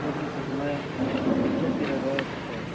total பார்த்தோம்னா எட்நூற்றி இருபது ரூபா வருது சார்